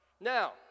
Now